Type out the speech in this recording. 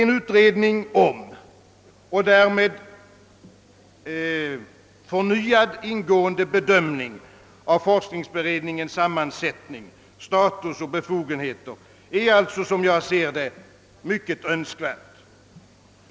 En utredning om och därmed en förnyad ingående bedömning av forskningsberedningens sammansättning, status och befogenheter är alltså, som jag ser det, mycket önskvärd.